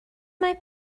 mae